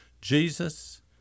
Jesus